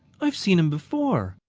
i have seen him before.